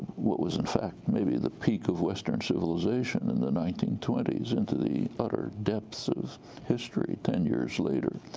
what was, in fact, maybe the peak of western civilization in the nineteen twenty s into the utter depths of history ten years later.